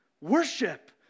Worship